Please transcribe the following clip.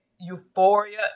euphoria